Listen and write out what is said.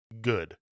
good